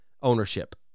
Ownership